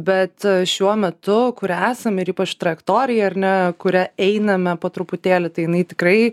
bet šiuo metu kur esam ir ypač trajektorija ar ne kuria einame po truputėlį tai jinai tikrai